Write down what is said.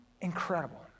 incredible